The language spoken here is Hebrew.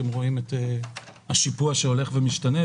ואתם רואים את השיפוע שהולך ומשתנה.